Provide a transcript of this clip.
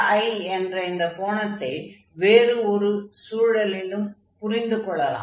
i என்ற இந்தக் கோணத்தை வேறு ஒரு சூழலிலும் புரிந்து கொள்ளலாம்